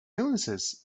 illnesses